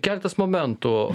keletas momentų